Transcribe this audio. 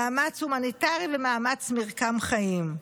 מאמץ הומניטרי/מרקם החיים".